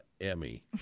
Emmy